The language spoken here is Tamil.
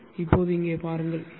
இப்போது இங்கே பாருங்கள் பி